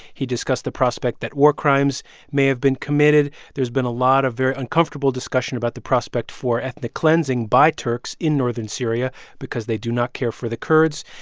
he discussed the prospect that war crimes may have been committed. there's been a lot of very uncomfortable discussion about the prospect for ethnic cleansing by turks in northern syria because they do not care for the kurds.